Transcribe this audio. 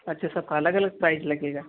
अच्छा सब का अलग अलग प्राइज़ लगेगा